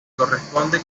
corresponde